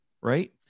right